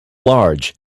large